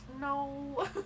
no